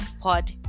Pod